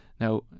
Now